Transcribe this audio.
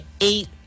eight